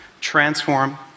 transform